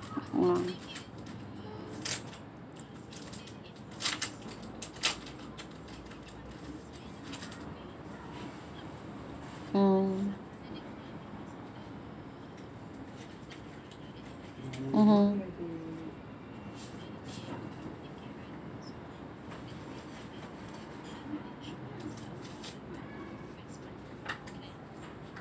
mm mm (uh huh)